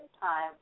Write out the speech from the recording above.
time